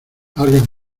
algas